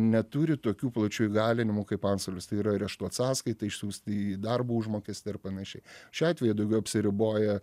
neturi tokių plačių įgalinimų kaip antstolis tai yra areštuot sąskaitą išsiųsti į darbo užmokestį ar panašiai šiuo atveju daugiau apsiriboja